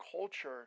culture